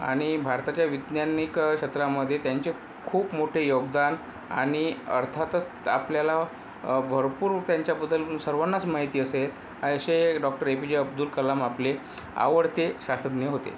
आणि भारताच्या वैज्ञानिक क्षेत्रामध्ये त्यांचे खूप मोठे योगदान आणि अर्थातच आपल्याला भरपूर त्यांच्याबद्दल सर्वांनाच माहिती असेल असे doctor A P J Abdul Kalam आपले आवडते शास्त्रज्ञ होते